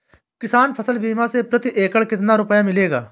किसान फसल बीमा से प्रति एकड़ कितना रुपया मिलेगा?